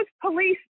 police